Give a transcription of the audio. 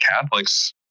Catholics